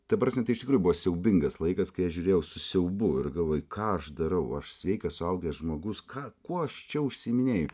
ta prasme tai iš tikrųjų buvo siaubingas laikas kai aš žiūrėjau su siaubu ir galvoji ką aš darau aš sveikas suaugęs žmogus ką kuo aš čia užsiiminėju